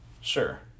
Sure